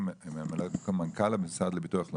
שזה מן סרטון שמראה ונותן הסבר.